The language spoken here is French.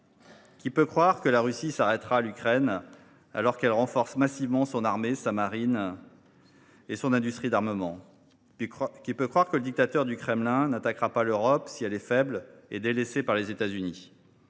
Qui peut croire que la Russie s’arrêtera à l’Ukraine, alors qu’elle renforce massivement son armée, sa marine et son industrie d’armement ? Qui peut croire que le dictateur du Kremlin n’attaquera pas l’Europe si elle est faible et délaissée par les États Unis ?